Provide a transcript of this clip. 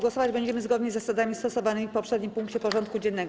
Głosować będziemy zgodnie z zasadami stosowanymi w poprzednim punkcie porządku dziennego.